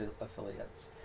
affiliates